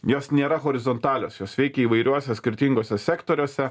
jos nėra horizontalios jos veikia įvairiuose skirtinguose sektoriuose